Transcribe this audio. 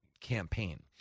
campaign